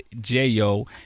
J-O